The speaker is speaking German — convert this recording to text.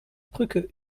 brücke